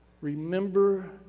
remember